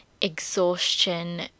exhaustion